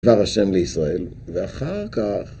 דבר השם לישראל, ואחר כך...